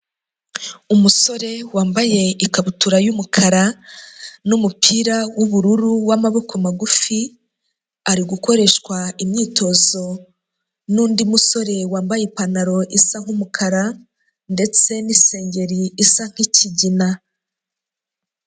Umusore wambaye ikabutura y'umukara n'umupira w'ubururu w'amaboko magufi ari gukoreshwa imyitozo nundi musore wambaye ipantaro isa nk'umukara ndetse n'isengeri isa nk'ikigina.